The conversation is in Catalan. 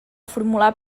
formular